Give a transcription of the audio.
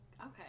Okay